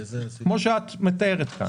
כפי שאת מתארת כאן.